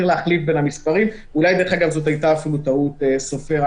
אולי ההחלפה של המספרים הייתה אפילו טעות סופר,